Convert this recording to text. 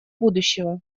будущего